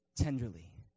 tenderly